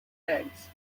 eggs